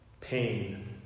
pain